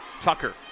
Tucker